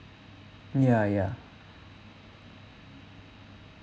ya ya